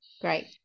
great